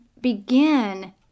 begin